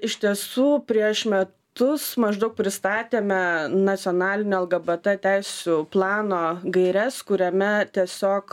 iš tiesų prieš metus maždaug pristatėme nacionalinio lgbt teisių plano gaires kuriame tiesiog